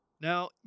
Now